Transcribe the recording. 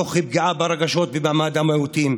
תוך פגיעה ברגשות ובמעמד של המיעוטים.